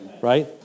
Right